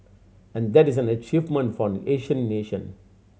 and that is an achievement for an Asian nation